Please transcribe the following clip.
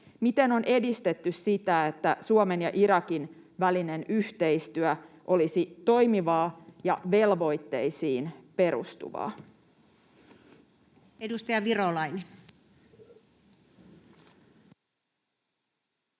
Miten on edistetty sitä, että Suomen ja Irakin välinen yhteistyö olisi toimivaa ja velvoitteisiin perustuvaa? [Speech